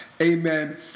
amen